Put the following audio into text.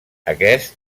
aquest